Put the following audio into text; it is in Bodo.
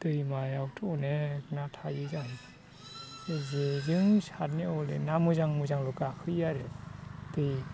दैमायावथ' अनेक ना थायो जेजों सारनायाव हले ना मोजां मोजांल' गाखोयो आरो दै